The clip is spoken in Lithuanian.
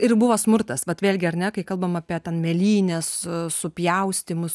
ir buvo smurtas vat vėlgi ar ne kai kalbam apie ten mėlynes supjaustymus